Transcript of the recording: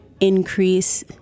increase